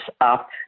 up